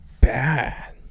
bad